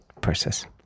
process